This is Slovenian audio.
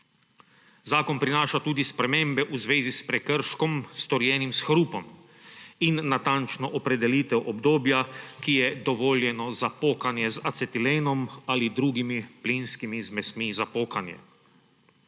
Zakon prinaša tudi spremembe v zvezi s prekrškom, storjenim s hrupom, in natančno opredelitev obdobja, ki je dovoljeno za pokanje z acetilenom ali drugimi plinskimi zmesmi za pokanje.